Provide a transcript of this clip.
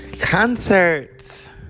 concerts